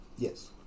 Yes